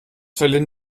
verlieren